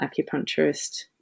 acupuncturist